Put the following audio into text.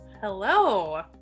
hello